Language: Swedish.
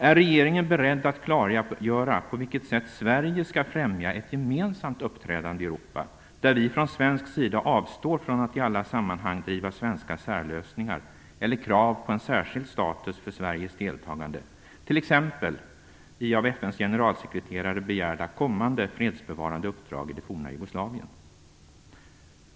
Är regeringen beredd att klargöra på vilket sätt Sverige skall främja ett gemensamt uppträdande i Europa, där vi från svensk sida avstår från att i alla sammanhang driva svenska särlösningar eller krav på en särskild status för Sveriges deltagande, t.ex. i av FN:s generalsekreterare begärda kommande fredsbevarande uppdrag i det forna Jugoslavien?